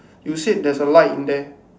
you said there's a light in there